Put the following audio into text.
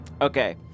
Okay